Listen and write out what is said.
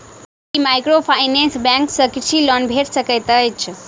की microfinance bank सँ कृषि loan भेटि सकैत अछि?